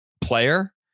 player